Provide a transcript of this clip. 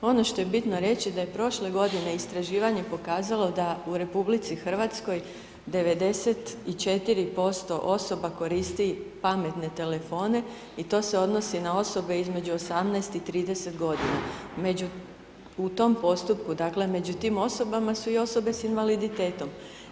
Ono što je bitno reći da je prole godine istraživanje pokazalo da u RH 94% osoba koristi pametne telefone i to se odnosi na osobe između 18 i 30 g. U tom postupku dakle, među tim osobama su i osobe sa invaliditetom.